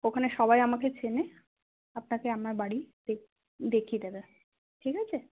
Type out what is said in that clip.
ওখানে সবাই আমাকে চেনে আপনাকে আমার বাড়ি দেখিয়ে দেবে ঠিক আছে